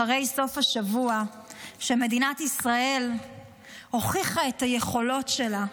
אחרי סוף השבוע שבו מדינת ישראל הוכיחה את היכולות שלה,